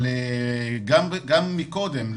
גם קודם,